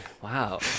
Wow